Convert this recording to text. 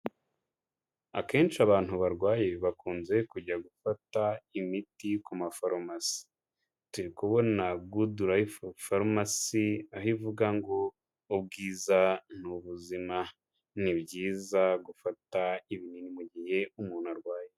Akenshi abantu barwaye bakunze kujya gufata imiti ku mafarumasi. Turi kubona Good life Pharmacy aho ivuga ngo "Ubwiza ni ubuzima. " Ni byiza gufata ibinini mu gihe umuntu arwaye.